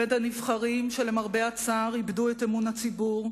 בין הנבחרים, שלמרבה הצער איבדו את אמון הציבור,